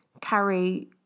carry